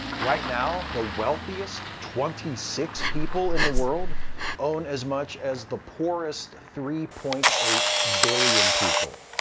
right now, the wealthiest twenty six people in the world own as much as the poorest three point eight billion people.